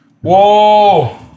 Whoa